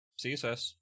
CSS